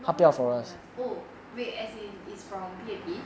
non foreigners oh wait as in is from P_A_P